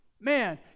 Man